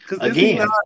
Again